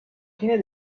fine